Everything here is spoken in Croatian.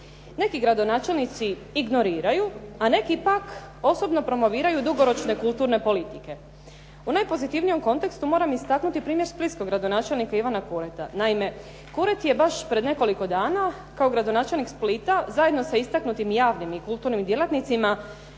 Neki gradonačelnici ignoriraju, a neki pak osobno promoviraju dugoročne kulturne politike. U najpozitivnijem kontekstu moram istaknuti primjer splitskog gradonačelnika Ivana Kureta. Naime, Kuret je baš pred nekoliko dana kao gradonačelnik Splita, za jedno sa istaknutim javnim i kulturnim djelatnicima